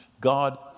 God